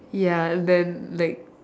ya then like